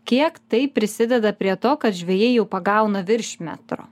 kiek tai prisideda prie to kad žvejai jau pagauna virš metro